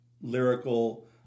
lyrical